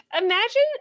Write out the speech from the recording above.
imagine